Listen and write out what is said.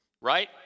right